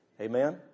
Amen